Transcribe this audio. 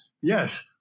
yes